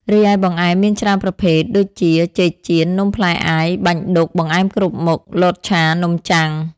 រីឯបង្អែមមានច្រើនប្រភែទដូចជា ចេកចៀន នំផ្លែអាយ បាញ់ឌុក បង្អែមគ្រប់មុខ លតឆា នំចាំង ។